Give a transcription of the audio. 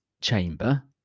chamber